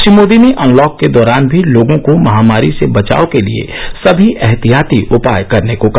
श्री मोदी ने अनलॉक के दौरान भी लोगों को महामारी से बचाव के लिए समी एहतियाती उपाय करने को कहा